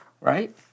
Right